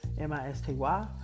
m-i-s-t-y